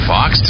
Fox